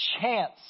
chance